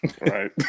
Right